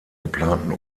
geplanten